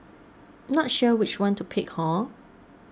not sure which one to pick hor